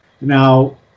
Now